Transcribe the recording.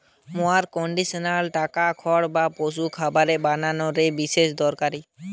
mower conditioner কাটা খড় বা পশুর খাবার বানানা রে বিশেষ দরকারি